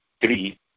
three